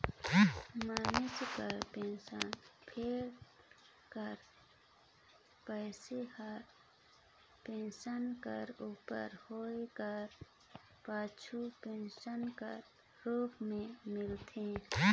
मइनसे कर pension fund कर पइसा हर पेंसन कर उमर होए कर पाछू पेंसन कर रूप में मिलथे